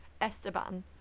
Esteban